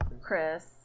Chris